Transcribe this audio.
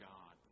God